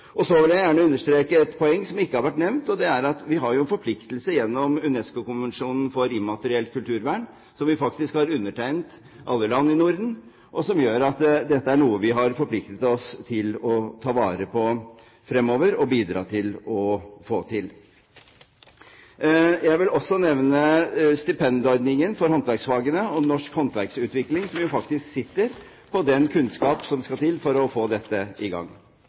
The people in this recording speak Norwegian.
Så vil jeg gjerne understreke et poeng som ikke har vært nevnt, og det er at vi jo har en forpliktelse gjennom UNESCO-konvensjonen om vern av den immaterielle kulturarven, som faktisk alle land i Norden har undertegnet, og som gjør at dette er noe vi har forpliktet oss til å ta vare på fremover, og bidra til å få til. Jeg vil også nevne stipendordningen for håndverksfagene og Norsk håndverksutvikling, som jo faktisk sitter på den kunnskap som skal til for å få dette i gang.